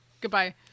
Goodbye